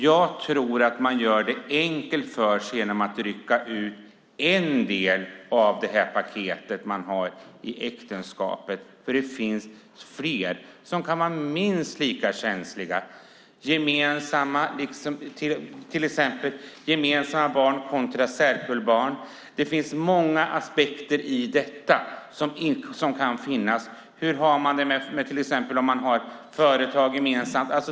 Jag tror att man gör det enkelt för sig genom att rycka ut en del av paketet man har i äktenskapet, för det finns fler delar som kan vara minst lika känsliga. Det gäller till exempel gemensamma barn kontra särkullbarn. Det finns många aspekter på detta. Hur är det om man har företag gemensamt?